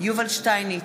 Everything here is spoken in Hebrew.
יובל שטייניץ,